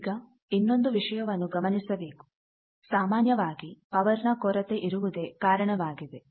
ಈಗ ಇನ್ನೊಂದು ವಿಷಯವನ್ನು ಗಮನಿಸಬೇಕು ಸಾಮಾನ್ಯವಾಗಿ ಪವರ್ನ ಕೊರತೆ ಇರುವುದೇ ಕಾರಣವಾಗಿದೆ